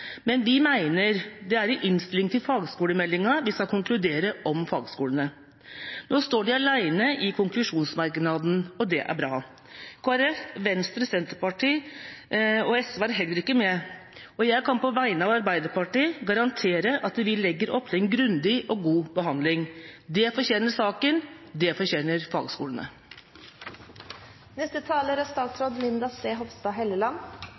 men vi mener det er i innstillinga til fagskolemeldinga vi skal konkludere om fagskolene. Nå står de alene i konklusjonsmerknaden, og det er bra. Kristelig Folkeparti, Venstre, Senterpartiet og SV var heller ikke med, og jeg kan på vegne av Arbeiderpartiet garantere at vi legger opp til en grundig og god behandling. Det fortjener saken. Det fortjener